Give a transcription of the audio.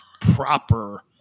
proper